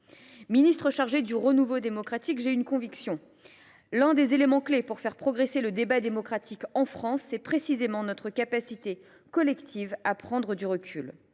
déléguée chargée du renouveau démocratique, j’ai une conviction : l’un des éléments clés pour faire progresser le débat démocratique en France est précisément notre capacité collective à prendre du recul,